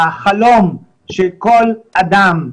החלום של כל אדם,